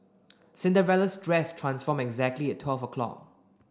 Cinderella's dress transformed exactly at twelve o'clock